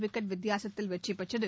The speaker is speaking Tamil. விக்கெட் வித்தியாசத்தில் வெற்றிபெற்றது